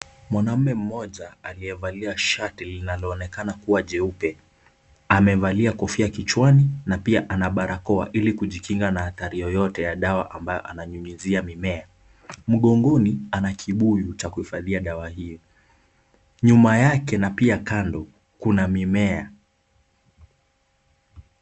Mwanaume mmoja aliovalia shati linaloonekana kuwa jeupe amevalia kofia kichwani na pia ana barakoa hili kujikinga na hatari yeyote ya dawa ambaye ananyunyisia mimea, mgongoni ana kipuyu cha kuhifadhi dawa hiyo nyuma yake na pia kando kuna mimea.